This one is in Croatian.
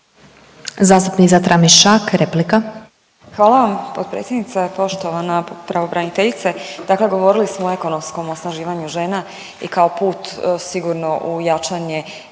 Nataša (HDZ)** Hvala vam potpredsjednice. Poštovana pravobraniteljice, dakle govorili smo o ekonomskom osnaživanju žena i kao put sigurno u jačanje